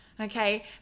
Okay